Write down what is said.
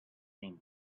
same